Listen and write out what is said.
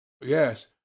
Yes